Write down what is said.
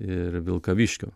ir vilkaviškio